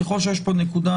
ככל שיש פה נקודה,